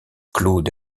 claude